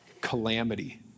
calamity